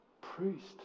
priest